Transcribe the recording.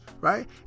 right